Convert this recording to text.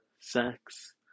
sex